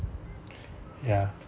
ya